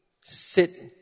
sit